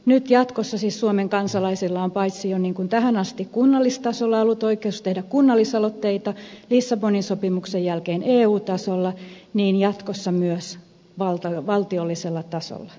nyt jatkossa siis suomen kansalaisilla on paitsi jo niin kuin tähän asti kunnallistasolla ollut oikeus tehdä kunnallisaloitteita lissabonin sopimuksen jälkeen eu tasolla niin jatkossa myös valtiollisella tasolla